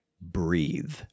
breathe